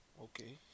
Okay